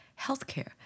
Healthcare